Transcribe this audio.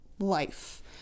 Life